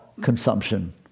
consumption